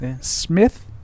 Smith